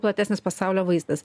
platesnis pasaulio vaizdas